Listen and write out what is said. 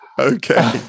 Okay